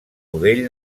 budell